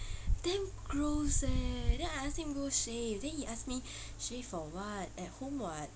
damn gross eh then I ask him go shave then he ask me shave for [what] at home [what]